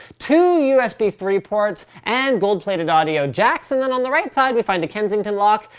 two u s b three ports, and gold plated audio jacks, and then on the right side we find a kensington lock,